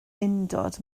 undod